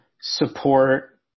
support